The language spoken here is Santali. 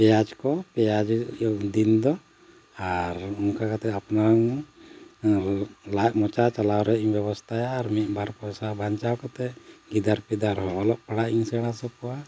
ᱯᱮᱸᱭᱟᱡᱽ ᱠᱚ ᱯᱮᱸᱭᱟᱡᱽ ᱫᱤᱱ ᱫᱚ ᱟᱨ ᱚᱱᱠᱟ ᱠᱟᱛᱮᱫ ᱟᱯᱱᱟᱨ ᱞᱟᱡ ᱢᱚᱪᱟ ᱪᱟᱞᱟᱣ ᱨᱮᱭᱟᱜ ᱤᱧ ᱵᱮᱵᱚᱥᱛᱟᱭᱟ ᱟᱨ ᱢᱤᱫ ᱵᱟᱨ ᱯᱚᱭᱥᱟ ᱵᱟᱧᱪᱟᱣ ᱠᱟᱛᱮᱫ ᱜᱤᱫᱟᱹᱨ ᱯᱤᱫᱟᱹᱨ ᱦᱚᱸ ᱚᱞᱚᱜ ᱯᱟᱲᱦᱟᱜ ᱤᱧ ᱥᱮᱬᱟ ᱦᱚᱪᱚ ᱠᱚᱣᱟ